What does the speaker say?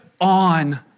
on